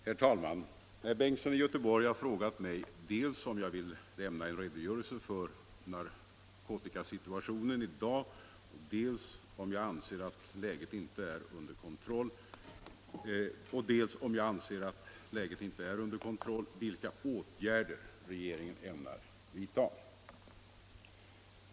Herr Bengtsson i Göteborg har frågat mig dels om jag vill lämna en redogörelse över narkotikasituationen i dag och dels, om jag anser att läget inte är under kontroll, vilka åtgärder regeringen ämnar vidta.